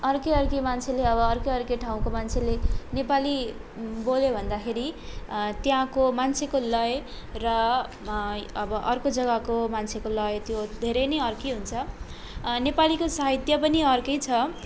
अर्कै अर्कै मान्छेले अब अर्कै अर्कै ठाउँको मान्छेले नेपाली बोल्यो भन्दाखेरि त्यहाँको मान्छेको लय र अब अर्को जग्गाको मान्छेको लय त्यो धेरै नै अर्कै हुन्छ नेपालीको साहित्य पनि अर्कै छ